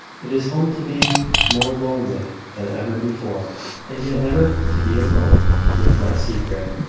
it is home to be more lonely than ever before and yet never to be alone with my secret!